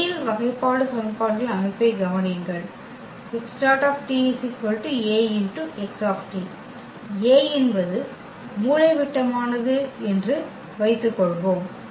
நேரியல் வகைபாடு சமன்பாடுகளின் அமைப்பைக் கவனியுங்கள் A என்பது மூலைவிட்டமானது என்று வைத்துக் கொள்வோம்